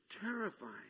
terrifying